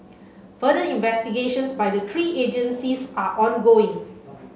further investigations by the three agencies are ongoing